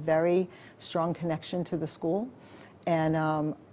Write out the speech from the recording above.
very strong connection to the school and